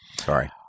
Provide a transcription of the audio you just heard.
Sorry